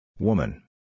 Woman